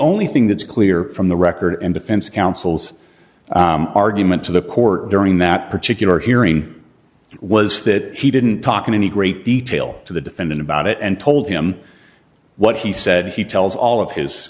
only thing that's clear from the record and defense counsel's argument to the court during that particular hearing was that he didn't talk in any great detail to the defendant about it and told him what he said he tells all of his